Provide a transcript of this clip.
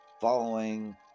Following